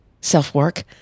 self-work